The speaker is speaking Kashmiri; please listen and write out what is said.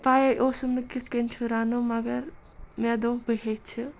پَیے اوسُم نہٕ کِتھ کٔنۍ چھُ رَنُن مگر مےٚ دوٚپ بہٕ ہیٛچھِ